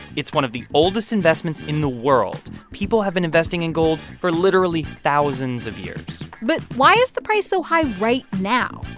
it's one of the oldest investments in the world. people have been investing in gold for literally thousands of years but why is the price so high right now?